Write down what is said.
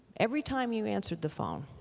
every time you answered the phone,